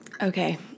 Okay